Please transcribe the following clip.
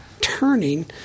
turning